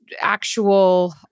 actual